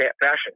fashion